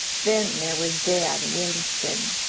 then there was dan winston.